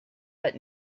but